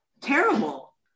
terrible